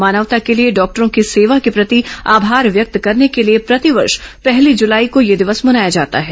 मानवता के लिए डॉक्टरों की सेवा के प्रति आभार व्यक्त करने के लिए प्रति वर्ष पहली जुलाई को यह दिवस मनाया जाता है